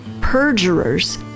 perjurers